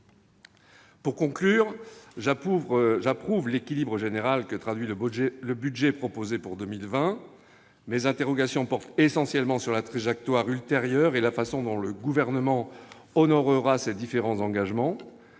Pour conclure, j'approuve l'équilibre général que traduit le budget proposé pour 2020. Mes interrogations portent essentiellement sur la trajectoire ultérieure et la façon dont le Gouvernement honorera ses différents engagements.